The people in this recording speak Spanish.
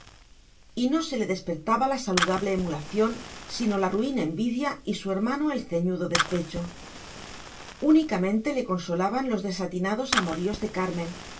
y no se le despertaba la saludable emulación sino la ruin envidia y su hermano el ceñudo despecho únicamente le consolaban los desatinados amoríos de carmen